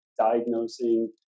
diagnosing